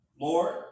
Lord